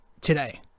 today